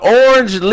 orange